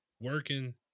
working